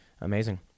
Amazing